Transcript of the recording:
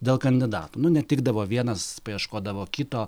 dėl kandidatų nu netikdavo vienas paieškodavo kito